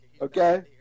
Okay